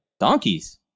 donkeys